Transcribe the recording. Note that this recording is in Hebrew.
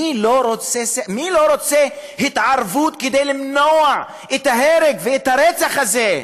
מי לא רוצה התערבות כדי למנוע את ההרג ואת הרצח האלה?